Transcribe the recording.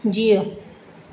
जीउ